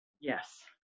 yes